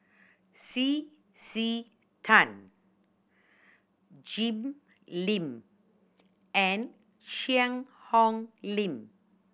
C C Tan Jim Lim and Cheang Hong Lim